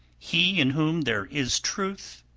he in whom there is truth,